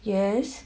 yes